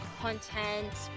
content